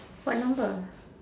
what number